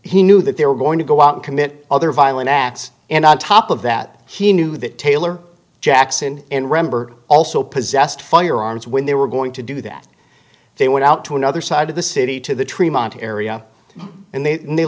he knew that they were going to go out and commit other violent acts and on top of that he knew that taylor jackson and rember also possessed firearms when they were going to do that they went out to another side of the city to the treatment area and they